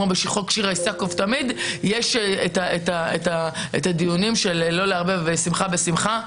כמו בחוק שירה איסקוב תמיד יש את הדיונים של לא לערבב שמחה בשמחה.